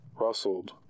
rustled